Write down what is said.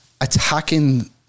attacking